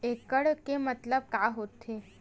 एकड़ के मतलब का होथे?